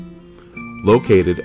located